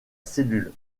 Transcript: cellule